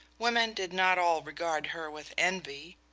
women did not all regard her with envy,